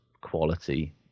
quality